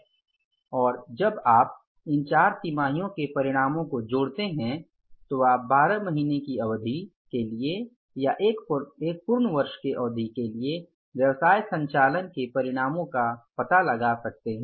और जब आप इन 4 तिमाहियों के परिणामों को जोड़ते हैं तो आप 12 महीने की अवधि के लिए या एक पूर्ण वर्ष के लिए व्यवसाय संचालन के परिणामों का पता लगा सकते हैं